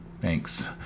Thanks